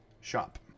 shop